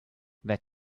that